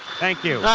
thank you.